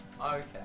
Okay